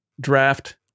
draft